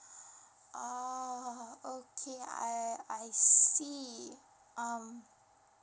ah okay I I see um